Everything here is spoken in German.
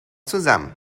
zusammen